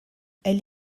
elle